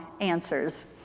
answers